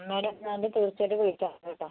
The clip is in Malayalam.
മാഡം എന്നാൽ ചോദിച്ചിട്ട് വിളിക്കാം കേട്ടോ